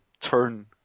turn